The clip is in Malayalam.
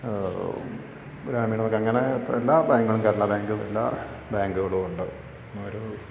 ഗ്രാമീണ ബാങ്ക് അങ്ങനെ എല്ലാ ബാങ്കുകളും കേരള ബാങ്ക് എല്ലാ ബാങ്കുകളു ഉണ്ട് ഒരു